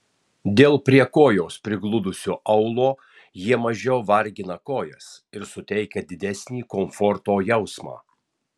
dėl prie kojos prigludusio aulo jie mažiau vargina kojas ir suteikia didesnį komforto jausmą